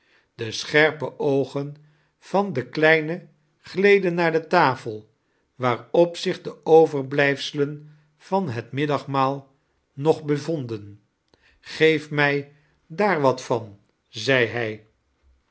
de scherpe oogen van den kleine gleden naar de tafel waarop zich de overblijfselen van het middagmaal nog bevonden geef mij daar wat van zei hij